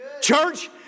Church